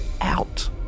out